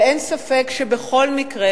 ואין ספק שבכל מקרה,